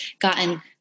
gotten